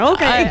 Okay